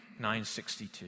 962